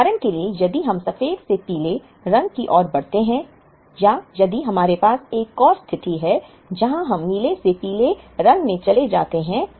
उदाहरण के लिए यदि हम सफेद से पीले रंग की ओर बढ़ते हैं या यदि हमारे पास एक और स्थिति है जहां हम नीले से पीले रंग में चले जाते हैं